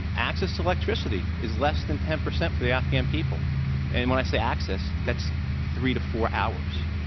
and access to electricity is less than ten percent for the afghan people and when i say access, that's three to four hours.